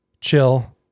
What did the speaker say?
chill